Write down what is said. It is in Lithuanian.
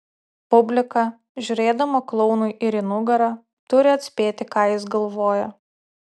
publika žiūrėdama klounui ir į nugarą turi atspėti ką jis galvoja